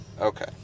Okay